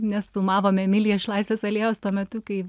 nes filmavome emilija iš laisvės alėjos tuo metu kai